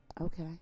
okay